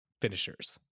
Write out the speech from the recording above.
finishers